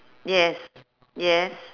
yes yes